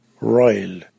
royal